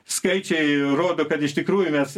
skaičiai rodo kad iš tikrųjų mes